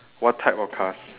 what type of cars